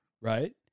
right